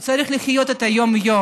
הוא צריך לחיות את היום-יום.